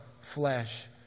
flesh